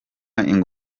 inguzanyo